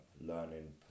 Learning